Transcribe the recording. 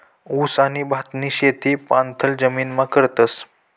ऊस आणि भातनी शेती पाणथय जमीनमा करतस